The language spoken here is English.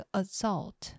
assault